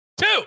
two